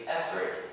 effort